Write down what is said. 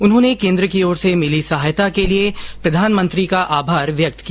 उन्होंने केन्द्र की ओर से मिली सहायता के लिए प्रधानमंत्री का आभार व्यक्त किया